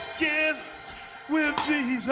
give with jesus.